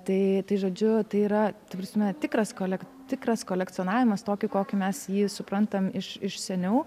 tai tai žodžiu tai yra ta prasme tikras kolek tikras kolekcionavimas tokį kokį mes jį suprantam iš iš seniau